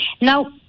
Now